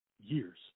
years